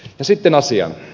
sitten asiaan